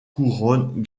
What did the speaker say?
couronne